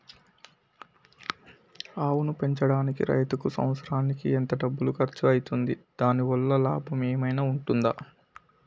ఆవును పెంచడానికి రైతుకు సంవత్సరానికి ఎంత డబ్బు ఖర్చు అయితది? దాని వల్ల లాభం ఏమన్నా ఉంటుందా?